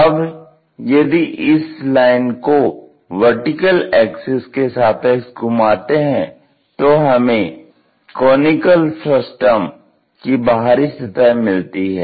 अब यदि इस लाइन को वर्टिकल एक्सिस के सापेक्ष घुमाते हैं तो हमें कॉनिकल फ्रस्टम की बाहरी सतह मिलती है